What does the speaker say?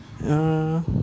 uh